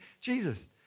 Jesus